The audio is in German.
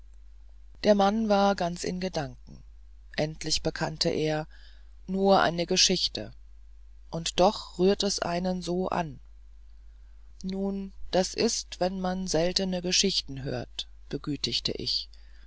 der mann war ganz in gedanken endlich bekannte er nur eine geschichte und doch rührt es einen so an nun das ist wenn man selten geschichten hört begütigte ich